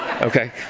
Okay